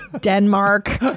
Denmark